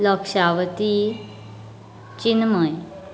Lakshavati Chinmay